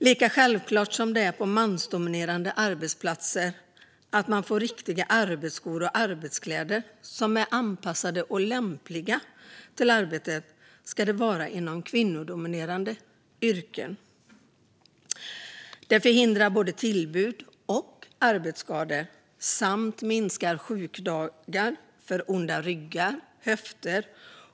Lika självklart som det är på mansdominerade arbetsplatser att man får riktiga arbetsskor och arbetskläder som är anpassade och lämpliga till arbetet ska det vara inom kvinnodominerade yrken. Det förhindrar tillbud och arbetsskador och minskar sjukdagar för onda ryggar och höfter.